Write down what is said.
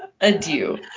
adieu